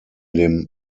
dem